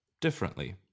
differently